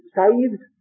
saved